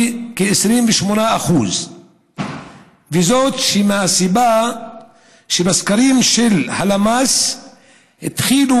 לכ-28% וזאת מהסיבה שבסקרים של הלמ"ס התחילו